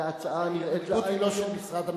וההצעה נראית לעין,